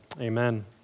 Amen